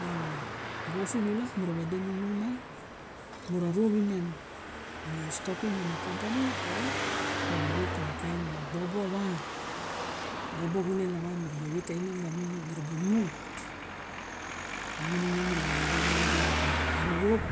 Opian a was sunulap mura wade muma mura rut imem mura stopim and kampani o mum sera na kain bobo xulen awa muraba vet tawin mi rabo mu lamun imem mi raba wade xulen a rorop